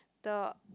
the